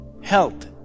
health